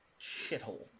shithole